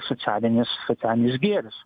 socialinis socialinis gėris